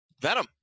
Venom